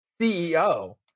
CEO